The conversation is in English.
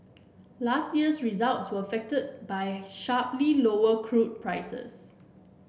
last year's results were affected by sharply lower crude prices